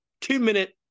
two-minute